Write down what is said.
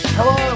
Hello